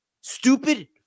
stupid